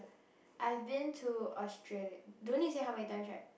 I've been to Australia don't need say how many times right